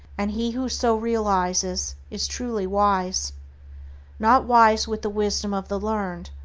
and he who so realizes is truly wise not wise with the wisdom of the learned,